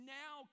now